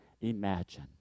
imagine